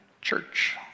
Church